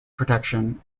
protection